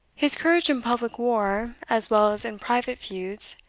his courage in public war, as well as in private feuds,